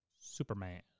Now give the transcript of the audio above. Superman